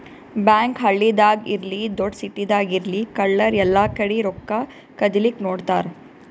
bank ಹಳ್ಳಿದಾಗ್ ಇರ್ಲಿ ದೊಡ್ಡ್ ಸಿಟಿದಾಗ್ ಇರ್ಲಿ ಕಳ್ಳರ್ ಎಲ್ಲಾಕಡಿ ರೊಕ್ಕಾ ಕದಿಲಿಕ್ಕ್ ನೋಡ್ತಾರ್